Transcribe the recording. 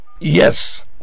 Yes